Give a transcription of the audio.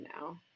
now